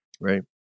Right